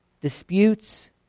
disputes